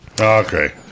Okay